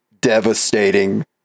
devastating